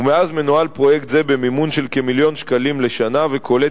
ומאז מנוהל פרויקט זה במימון של כמיליון שקלים לשנה וקולט